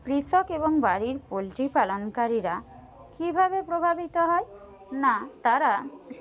কৃষক এবং বাড়ির পোলট্রি পালনকারীরা কিভাবে প্রভাবিত হয় না তারা